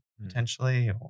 potentially